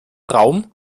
raum